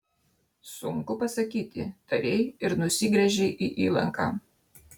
sunku pasakyti tarei ir nusigręžei į įlanką